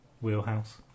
wheelhouse